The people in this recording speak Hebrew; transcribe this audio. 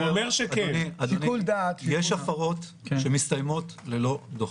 אדוני, יש הפרות שלא מסתיימות ללא דוחות.